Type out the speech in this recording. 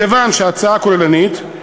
מכיוון שההצעה כוללנית,